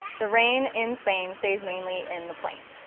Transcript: the rain in spain stays mainly in the plain.